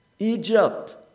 Egypt